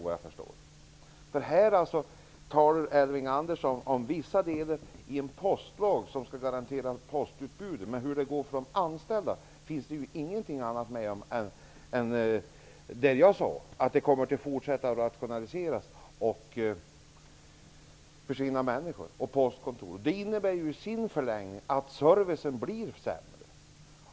Elving Andersson talar nämligen här om vissa delar i en postlag som skall garantera postutbudet, men hur det går för de anställda sägs det ingenting om, förutom det jag tog upp, dvs. att man kommer att fortsätta med rationaliseringar och att personal och postkontor kommer att försvinna. Det innebär ju i sin förlängning att servicen blir sämre.